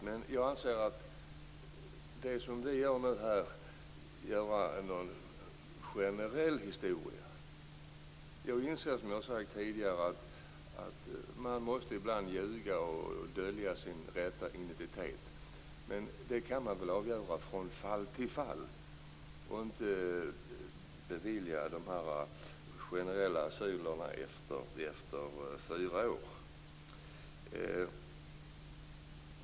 Men jag anser att det som nu görs, nämligen att införa en generell regel, inte är riktigt. Jag inser att den som flyr från sitt land ibland måste ljuga och dölja sin rätta identitet. Men jag tycker att man kan fatta beslut från fall till fall i stället för att bevilja generella asyler efter fyra år.